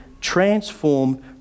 transformed